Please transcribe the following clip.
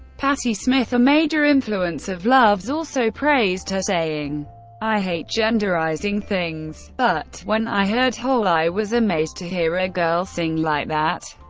patti smith, a major influence of love's, also praised her, saying i hate genderizing things. but when i heard hole, i was amazed to hear a girl sing like that.